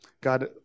God